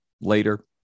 later